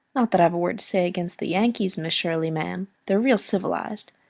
not that i've a word to say against the yankees, miss shirley, ma'am. they're real civilized.